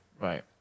Right